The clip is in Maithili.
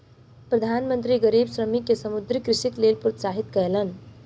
प्रधान मंत्री गरीब श्रमिक के समुद्रीय कृषिक लेल प्रोत्साहित कयलैन